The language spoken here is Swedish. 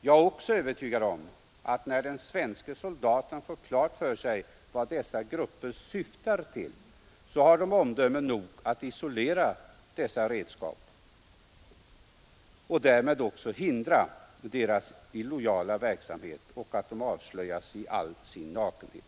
Jag är också övertygad om att den svenske soldaten när han får klart för sig vad dessa grupper syftar till har omdöme nog att isolera dessa redskap och därmed också hindra deras illojala verksamhet samt att avslöja dem i all deras nakenhet.